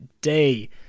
day